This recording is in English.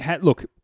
look –